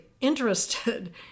interested